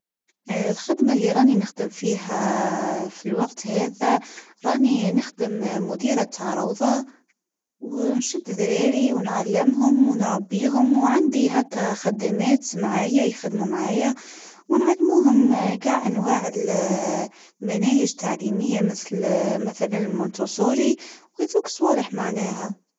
الخدمه إللي راني نخدم فيها في الوقت هذا: راني نخدم مديرة عروضه ونشد دلالي ونعلمهم ونربيهم ؛وعندي هكا خدامات معايا يخدموا معايا ونعلمهم جاع أنواع المناهج تعليميه مثل مثلاً مونتوسوري وذوك صوالح معناها.